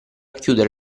chiudere